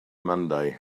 monday